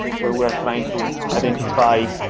where we are trying to identify